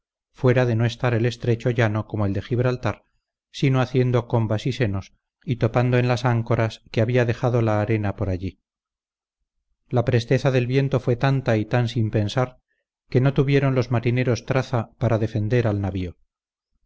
fuera de no estar el estrecho llano como el de gibraltar sino haciendo combas y senos y topando en las áncoras que había dejado la arena por allí la presteza del viento fue tanta y tan sin pensar que no tuvieron los marineros traza para defender al navío